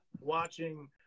watching